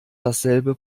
dasselbe